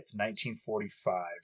1945